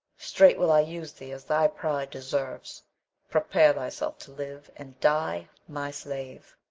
straight will i use thee as thy pride deserves prepare thyself to live and die my slave.